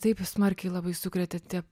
taip smarkiai labai sukrėtė tie